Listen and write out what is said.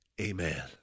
Amen